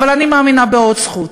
אבל אני מאמינה בעוד זכות: